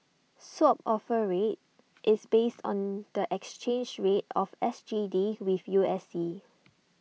swap offer rate is based on the exchange rate of S G D with U S D